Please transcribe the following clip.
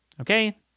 Okay